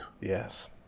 Yes